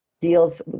deals